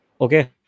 Okay